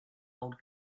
old